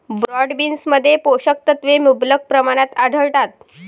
broad बीन्समध्ये पोषक तत्वे मुबलक प्रमाणात आढळतात